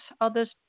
Others